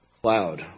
Cloud